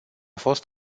fost